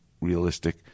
realistic